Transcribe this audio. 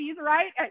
right